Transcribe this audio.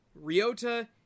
ryota